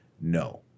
No